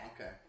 Okay